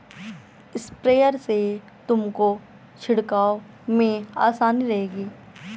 sprayer से तुमको छिड़काव में आसानी रहेगी